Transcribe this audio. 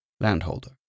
landholder